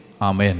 Amen